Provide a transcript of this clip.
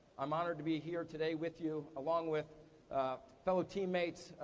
i'm honored to be here today with you, along with fellow teammates,